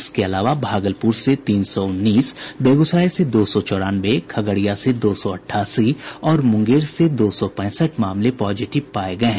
इसके अलावा भागलपुर से तीन सौ उन्नीस बेगूसराय से दो सौ चौरानवे खगड़िया से दो सौ अट्ठासी और मुंगेर से दो सौ पैंसठ मामले पॉजिटिव पाये गये हैं